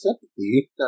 sympathy